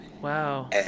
Wow